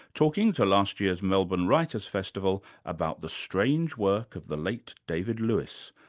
talking to last year's melbourne writers' festival about the strange work of the late david lewis,